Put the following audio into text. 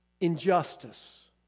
Injustice